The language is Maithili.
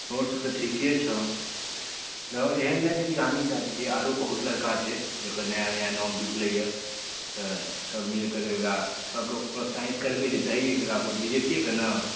आओरसब तऽ ठीके छौ देखहक एहन नहि छै जे हमहीँटा छिए आओर बहुत लड़का छै जकर नया नया नाम जुड़लै हँ तऽ सब मिलिके जे ओकरा सबके प्रोत्साहित करबै जे दही एकरा वोट बी जे पे कए ने